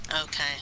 Okay